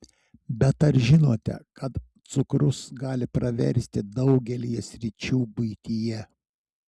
bet ar žinote kad cukrus gali praversti daugelyje sričių buityje